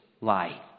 lie